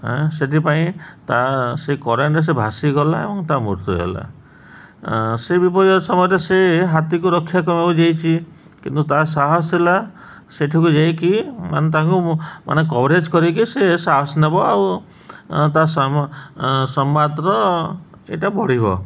ସେଥିପାଇଁ ତା ସେ କରେଣ୍ଟରେ ସେ ଭାସି ଗଲା ଏବଂ ତା ମୃତ୍ୟୁ ହେଲା ସେ ବିପଜୟ ସମୟରେ ସେ ହାତୀକୁ ରକ୍ଷା କରିବାକୁ ଯାଇଛି କିନ୍ତୁ ତା ସାହସ ହେଲା ସେଠୁକୁ ଯାଇକି ମାନେ ତାଙ୍କୁ ମାନେ କଭରେଜ୍ କରିକି ସେ ସାହସ ନେବ ଆଉ ତା ସାମ ସମ୍ବାଦର ଏଇଟା ବଢ଼ିବ